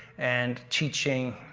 and teaching.